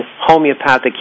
homeopathic